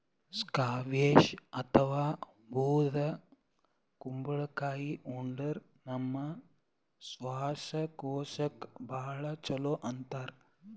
squash ಅಥವಾ ಬೂದ್ ಕುಂಬಳಕಾಯಿ ಉಂಡ್ರ ನಮ್ ಶ್ವಾಸಕೋಶಕ್ಕ್ ಭಾಳ್ ಛಲೋ ಅಂತಾರ್